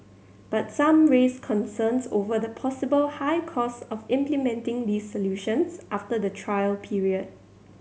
but some raised concerns over the possible high costs of implementing these solutions after the trial period